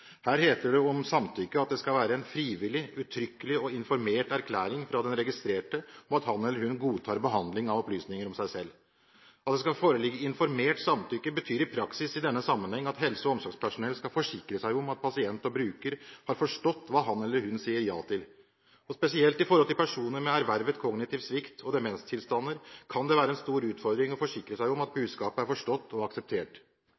Her heter det om samtykke at det skal være en frivillig, uttrykkelig og informert erklæring fra den registrerte om at han eller hun godtar behandling av opplysninger om seg selv. At det skal foreligge informert samtykke, betyr i praksis i denne sammenheng at helse- og omsorgspersonell skal forsikre seg om at pasient og bruker har forstått hva han eller hun sier ja til. Spesielt når det gjelder personer med ervervet kognitiv svikt og demenstilstander, kan det være en stor utfordring å forsikre seg om at budskapet er forstått og akseptert.